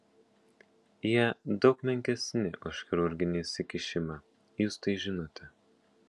jie daug menkesni už chirurginį įsikišimą jūs tai žinote